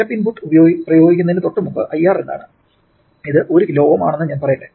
step input പ്രയോഗിക്കുന്നതിന് തൊട്ടുമുമ്പ് IR എന്താണ് ഇത് 1 കിലോ Ω 1KΩ ആണെന്ന് ഞാൻ പറയട്ടെ